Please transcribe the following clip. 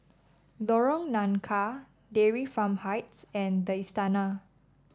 Lorong Nangka Dairy Farm Heights and the Istana